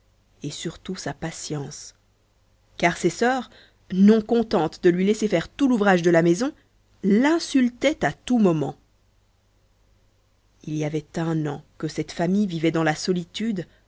et sur-tout sa patience car ses sœurs non contentes de lui laisser faire tout l'ouvrage de la maison l'insultaient à tout moment il y avait un an que cette famille vivait dans la solitude